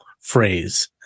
phrase